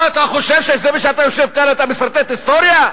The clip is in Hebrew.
אתה חושב שזה שאתה יושב כאן, אתה מסרטט היסטוריה?